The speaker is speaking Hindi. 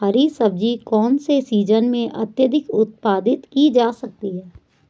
हरी सब्जी कौन से सीजन में अत्यधिक उत्पादित की जा सकती है?